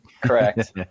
Correct